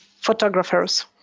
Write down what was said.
photographers